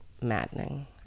maddening